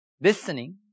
Listening